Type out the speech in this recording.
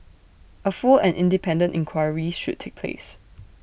A full and independent inquiry should take place